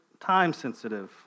time-sensitive